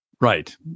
Right